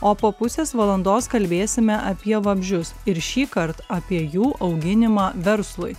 o po pusės valandos kalbėsime apie vabzdžius ir šįkart apie jų auginimą verslui